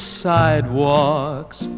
sidewalks